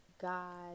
god